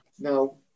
no